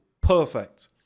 Perfect